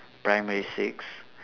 primary six